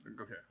Okay